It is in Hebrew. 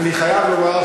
אני חייב לומר,